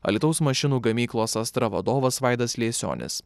alytaus mašinų gamyklos astra vadovas vaidas liesionis